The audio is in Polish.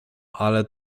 ale